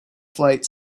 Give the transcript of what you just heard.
flight